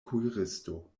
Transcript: kuiristo